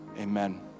Amen